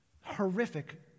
horrific